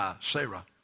Sarah